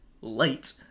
late